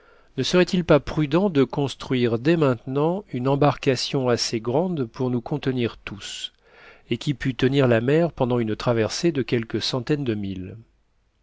ne serait-il pas prudent de construire dès maintenant une embarcation assez grande pour nous contenir tous et qui pût tenir la mer pendant une traversée de quelques centaines de milles